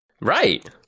Right